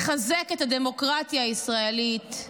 לחזק את הדמוקרטיה הישראלית,